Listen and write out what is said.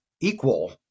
equal